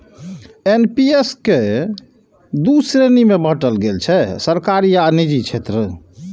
NPS कें दू श्रेणी मे बांटल गेल छै, सरकारी आ निजी क्षेत्र